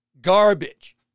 garbage